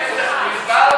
מספר,